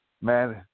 man